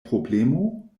problemo